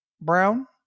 Brown